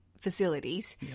facilities